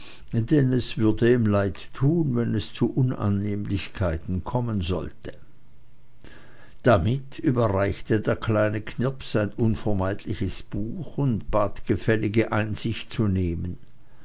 es würde ihm leid tun wenn es zu unannehmlichkeiten kommen sollte damit überreichte der kleine knirps sein unvermeidliches buch und bat gefällige einsicht zu nehmen